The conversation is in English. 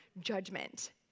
judgment